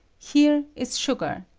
here is sugar,